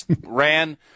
ran